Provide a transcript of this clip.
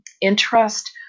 interest